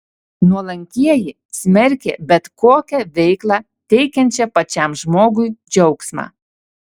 nuolankieji smerkė bet kokią veiklą teikiančią pačiam žmogui džiaugsmą